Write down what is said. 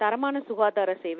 தரமான சுகாதார சேவை